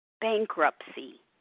bankruptcy